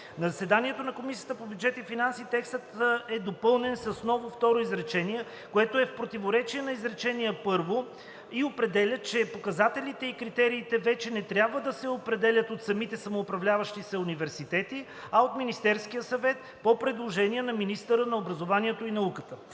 заседанието на Комисията по бюджет и финанси текстът е допълнен с ново второ изречение, което в противоречие на изречение първо определя, че показателите и критериите вече не трябва да се определят от самите самоуправляващи се университети, а от Министерския съвет по предложение на министъра на образованието и науката.